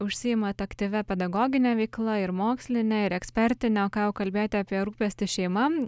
užsiimat aktyvia pedagogine veikla ir moksline ir ekspertine o ką jau kalbėti apie rūpestį šeima